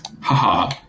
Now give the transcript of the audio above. Haha